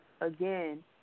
again